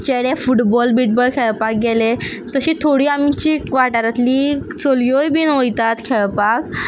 चेडे फुटबॉल बिटबॉल खेळपाक गेले तशीं थोडीं आमची वाठारांलीं चलयोय बीन वयतात खेळपाक